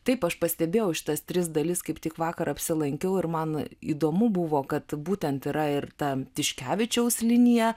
taip aš pastebėjau šitas tris dalis kaip tik vakar apsilankiau ir man įdomu buvo kad būtent yra ir tam tiškevičiaus linija